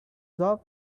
job